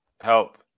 Help